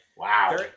Wow